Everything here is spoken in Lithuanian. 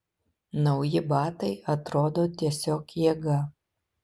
nauji batai atrodo tiesiog jėga